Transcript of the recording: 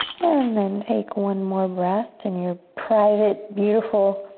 and then take one more breath in your private, beautiful,